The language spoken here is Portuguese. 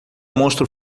monstro